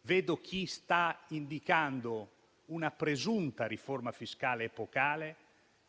Vedo chi sta indicando una presunta riforma fiscale epocale,